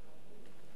חברי הליכוד